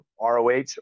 ROH